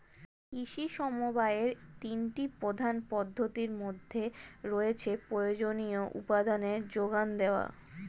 কৃষি সমবায়ের তিনটি প্রধান পদ্ধতির মধ্যে রয়েছে প্রয়োজনীয় উপাদানের জোগান দেওয়া